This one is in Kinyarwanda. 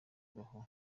kubaho